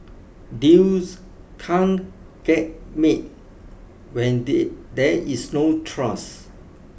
deals can't get made when there is no trust